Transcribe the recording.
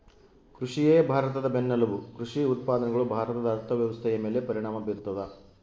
ಕೃಷಿಯೇ ಭಾರತದ ಬೆನ್ನೆಲುಬು ಕೃಷಿ ಉತ್ಪಾದನೆಗಳು ಭಾರತದ ಅರ್ಥವ್ಯವಸ್ಥೆಯ ಮೇಲೆ ಪರಿಣಾಮ ಬೀರ್ತದ